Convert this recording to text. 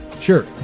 Sure